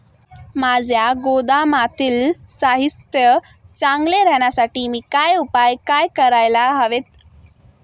माझ्या गोदामातील साहित्य चांगले राहण्यासाठी मी काय उपाय काय करायला हवेत?